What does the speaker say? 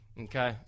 Okay